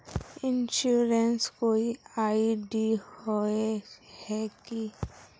Insurance कोई ID होय है की?